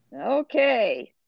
okay